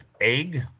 egg